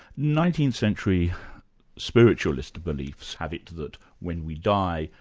nineteenth-century spiritualist beliefs have it that when we die,